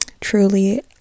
truly